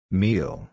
meal